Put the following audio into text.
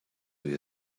you